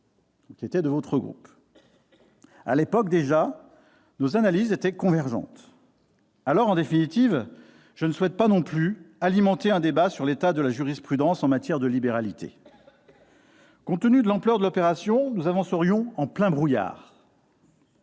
qui était membre du groupe CRCE. À l'époque déjà, nos analyses étaient convergentes. Je ne souhaite pas non plus alimenter un débat sur l'état de la jurisprudence en matière de libéralités. Compte tenu de l'ampleur de l'opération, nous avancerions en plein brouillard.